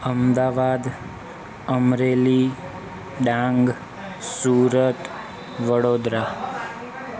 Ahmedabad Amreli Dang Surat Vadodara